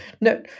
no